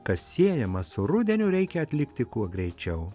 kas siejama su rudeniu reikia atlikti kuo greičiau